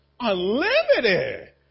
Unlimited